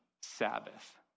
Sabbath